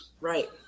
Right